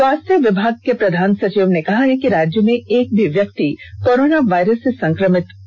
स्वास्थ्य विभाग के प्रधान सचिव ने कहा है कि राज्य में एक भी व्यक्ति कोरोना वायरस से संक्रमित नहीं पाया गया है